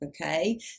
okay